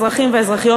אזרחים ואזרחיות,